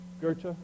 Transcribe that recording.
Goethe